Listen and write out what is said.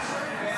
נגד